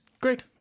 Great